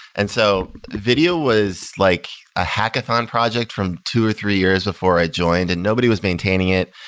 and so video was like a hackathon project from two or three years before i joined and nobody was maintaining it.